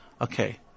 okay